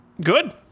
good